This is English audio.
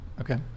Okay